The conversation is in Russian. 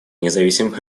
независимых